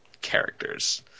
characters